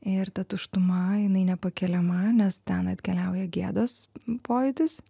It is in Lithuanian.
ir ta tuštuma jinai nepakeliama nes ten atkeliauja gėdos pojūtis